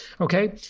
Okay